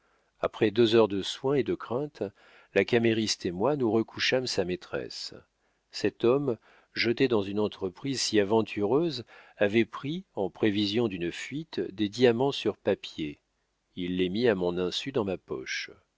après deux heures de soins et de craintes la camériste et moi nous recouchâmes sa maîtresse cet homme jeté dans une entreprise si aventureuse avait pris en prévision d'une fuite des diamants sur papier il les mit à mon insu dans ma poche